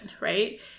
Right